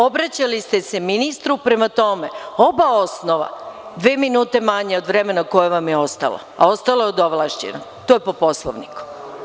Obraćali ste se ministru, pa prema tome, oba osnova, dve minute manje od vremena koje vam je ostalo, a ostalo vam je od ovlašćenog, to je po Poslovniku.